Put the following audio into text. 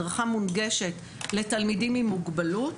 הדרכה מונגשת לתלמידים עם מוגבלות,